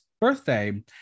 birthday